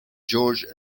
george